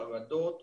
חרדות,